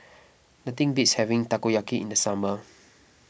nothing beats having Takoyaki in the summer